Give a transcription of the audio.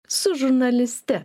su žurnaliste